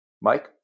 mike